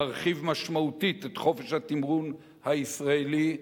להרחיב משמעותית את חופש התמרון הישראלי,